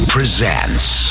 Presents